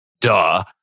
duh